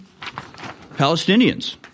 Palestinians